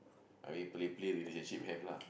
I mean play play relationship have lah